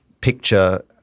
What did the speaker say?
picture